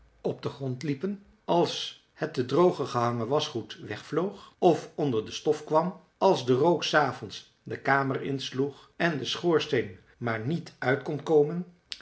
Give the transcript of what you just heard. op den grond liepen als het te drogen gehangen waschgoed wegvloog of onder de stof kwam als de rook s avonds de kamer insloeg en de schoorsteen maar niet uit kon komen